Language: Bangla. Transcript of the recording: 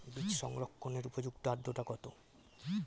বীজ সংরক্ষণের উপযুক্ত আদ্রতা কত?